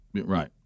Right